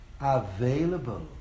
available